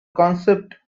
concept